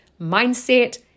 mindset